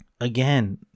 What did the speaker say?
again